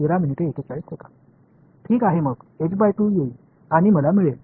ठीक आहे मग येईन आणि मला मिळेल